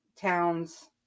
town's